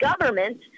government